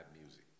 music